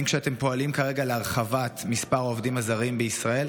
כשאתם פועלים כרגע להרחבת מספר העובדים הזרים בישראל,